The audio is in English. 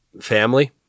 family